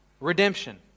redemption